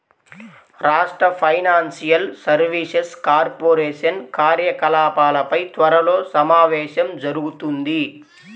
రాష్ట్ర financial services corporation కార్యకలాపాలపై త్వరలో సమావేశం జరుగుతుంది